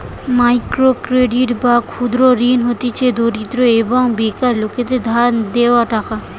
micro credit বা ক্ষুদ্র ঋণ হতিছে দরিদ্র এবং বেকার লোকদের ধার লেওয়া টাকা